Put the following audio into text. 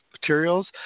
materials